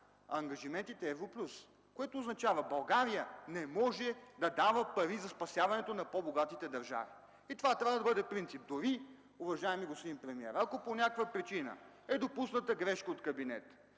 ангажиментите в „Евро плюс”. Това означава, че България не може да дава пари за спасяването на по-богатите държави. Това трябва да бъде принципът. Дори, уважаеми господин премиер, ако по някаква причина е допусната грешка от кабинета